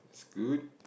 it's good